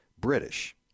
British